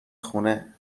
خونه